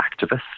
activists